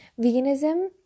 veganism